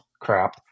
crap